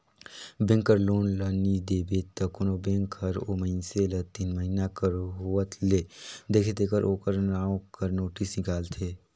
bank कर loan ल नी देबे त कोनो बेंक हर ओ मइनसे ल तीन महिना कर होवत ले देखथे तेकर ओकर नांव कर नोटिस हिंकालथे